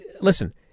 listen